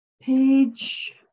Page